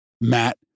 Matt